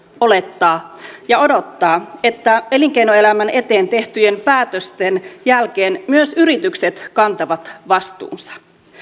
olettaa ja odottaa että elinkeinoelämän eteen tehtyjen päätösten jälkeen myös yritykset kantavat vastuunsa